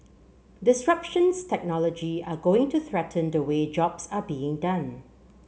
disruptions technology are going to threaten the way jobs are being done